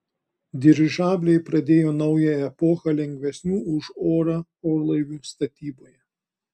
dirižabliai pradėjo naują epochą lengvesnių už orą orlaivių statyboje